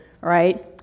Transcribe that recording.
right